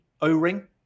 o-ring